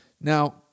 Now